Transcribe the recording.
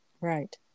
right